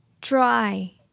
dry